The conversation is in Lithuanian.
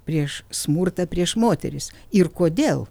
prieš smurtą prieš moteris ir kodėl